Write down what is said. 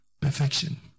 perfection